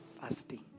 fasting